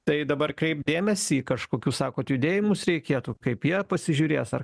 tai dabar kreipt dėmesį į kažkokius sakot judėjimus reikėtų kaip jie pasižiūrės ar